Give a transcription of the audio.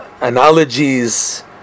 analogies